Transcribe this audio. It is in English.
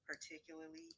particularly